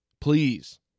Please